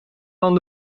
van